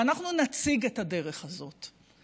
ואנחנו נציג את הדרך הזאת.